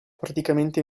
praticamente